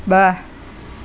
ॿ